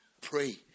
Pray